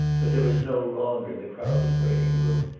but there was no longer the crowded waiting-room,